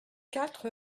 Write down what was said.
quatre